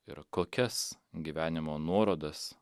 ir kokias gyvenimo nuorodas